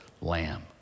lamb